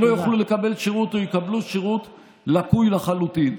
לא יוכלו לקבל שירות או יקבלו שירות לקוי לחלוטין.